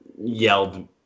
yelled